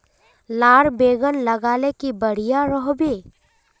लार बैगन लगाले की बढ़िया रोहबे?